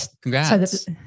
Congrats